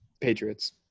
Patriots